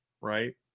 right